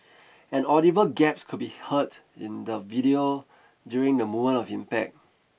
an audible gaps could be heard in the video during the moment of impact